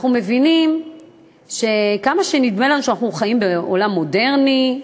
אנחנו מבינים שכמה שנדמה לנו שאנחנו חיים בעולם מודרני,